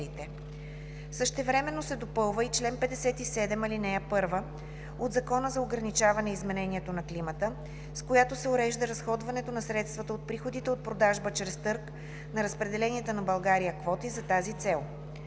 Същевременно се допълва и чл. 57, ал. 1 от Закона за ограничаване изменението на климата, с която се урежда разходването на средствата от приходите от продажба чрез търг на разпределените на България квоти за тази цел.